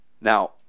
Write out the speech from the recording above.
Now